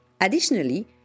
Additionally